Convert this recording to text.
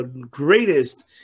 greatest